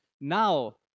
Now